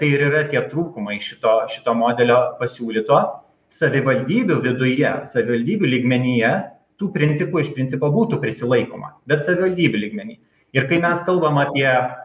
tai ir yra tie trūkumai šito šito modelio pasiūlyto savivaldybių viduje savivaldybių lygmenyje tų principų iš principo būtų prisilaikoma bet savivaldybių lygmeny ir kai mes kalbam apie